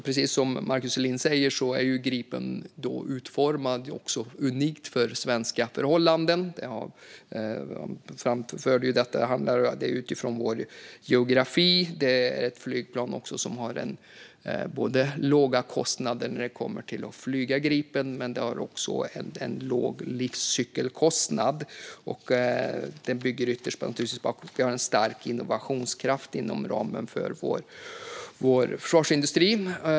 Precis som Markus Selin säger är Gripen utformad speciellt för svenska förhållanden - den är framtagen utifrån vår geografi och ett flygplan som medför låga kostnader när det kommer till att flyga och även en låg livscykelkostnad. Det bygger förstås på att det finns en stark innovationskraft inom ramen för svensk försvarsindustri.